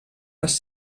les